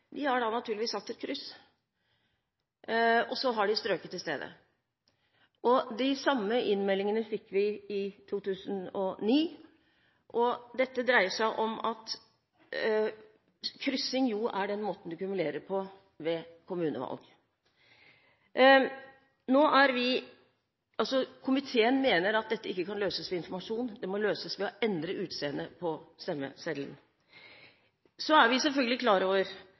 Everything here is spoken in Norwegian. har satt et kryss – og så har de strøket i stedet. De samme innmeldingene fikk vi i 2009, og dette dreier seg om at kryssing er måten man kumulerer på ved kommunevalg. Komiteen mener at dette ikke kan løses ved informasjon, det må løses ved å endre utseendet på stemmeseddelen. Vi er selvfølgelig klar over